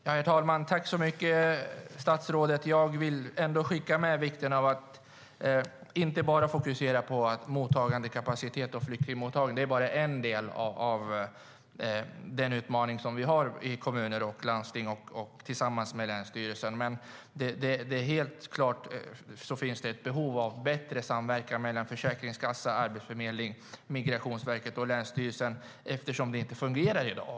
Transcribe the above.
Herr talman! Tack så mycket, statsrådet! Jag vill ändå skicka med vikten av att inte bara fokusera på mottagandekapacitet och flyktingmottagning. Det är bara en del av den utmaning som vi har i kommuner och landsting tillsammans med länsstyrelsen. Helt klart finns det ett behov av bättre samverkan mellan försäkringskassa, arbetsförmedling. Migrationsverket och länsstyrelsen, eftersom det inte fungerar i dag.